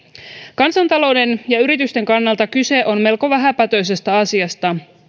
kansantalouden ja yritysten kannalta kyse on melko vähäpätöisestä asiasta